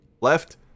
left